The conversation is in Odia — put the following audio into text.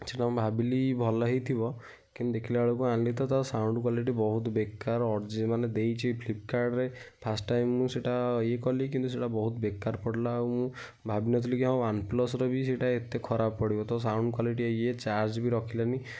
ସେଇଟା ଭାବିଲି ଭଲ ହେଇଥିବ କିନ୍ତୁ ଦେଖିଲା ବେଳକୁ ଆଣିଲି ତ ତା ସାଉଣ୍ଡ୍ କ୍ଵାଲିଟି ବହୁତ ବେକାର ଅରଜିନାଲ୍ ଦେଇଛି ଫ୍ଲିପକାର୍ଟରେ ଫାଷ୍ଟ ଟାଇମ୍ ମୁଁ ସେଇଟା ଇଏ କଲି କିନ୍ତୁ ସେଇଟା ବହୁତ ବେକାର ପଡ଼ିଲା ଆଉ ମୁଁ ଭାବି ନଥିଲି କି ହଁ ୱାନ୍ ପ୍ଲସ୍ ର ବି ସେଇଟା ଏତେ ଖରାପ ପଡ଼ିବ ତ ସାଉଣ୍ଡ୍ କ୍ଵାଲିଟି ଇଏ ଚାର୍ଜ୍ ବି ରଖିଲାନି